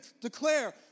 declare